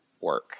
work